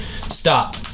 Stop